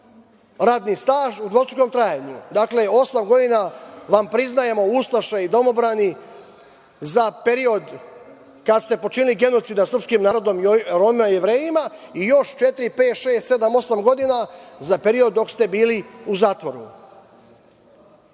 radni staž u dvostrukom trajanju. Dakle, osam godina vam priznajemo, ustaše i domobrani, za period kada ste počinili genocid nad srpskim narodom, Romima i Jevrejima i još četiri, pet, šest, sedam, osam godina za period dok ste bili u zatvoru. Da